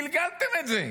וגלגלתם את זה.